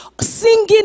singing